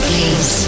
Please